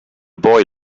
boy